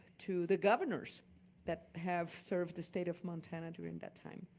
to the governors that have served the state of montana during that time.